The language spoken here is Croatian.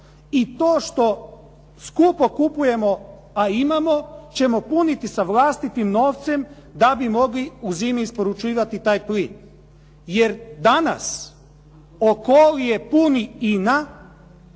i to što skupo kupujemo, a imamo ćemo puniti sa vlastitim novcem da bi mogli u zimi isporučivati taj plin. Jer danas Okolije puni INA,